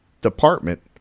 department